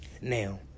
now